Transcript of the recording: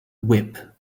whip